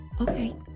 okay